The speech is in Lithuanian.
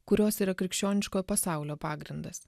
kurios yra krikščioniškojo pasaulio pagrindas